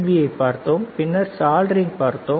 பியைப் பார்த்தோம் பின்னர் சாலிடரிங்ஐ பார்த்தோம்